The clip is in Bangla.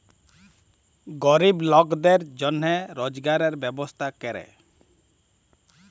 গরিব লকদের জনহে রজগারের ব্যবস্থা ক্যরে